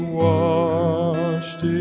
washed